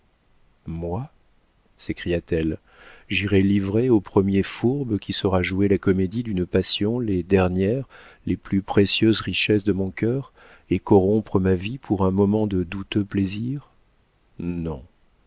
moi s'écria-t-elle j'irais livrer au premier fourbe qui saura jouer la comédie d'une passion les dernières les plus précieuses richesses de mon cœur et corrompre ma vie pour un moment de douteux plaisir non